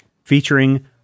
Featuring